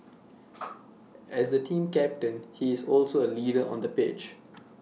as the team captain he is also A leader on the pitch